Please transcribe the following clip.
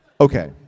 Okay